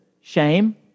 shame